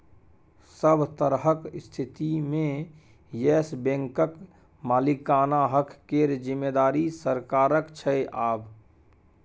सभ तरहक स्थितिमे येस बैंकक मालिकाना हक केर जिम्मेदारी सरकारक छै आब